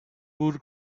pur